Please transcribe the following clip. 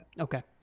Okay